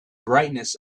brightness